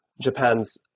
Japan's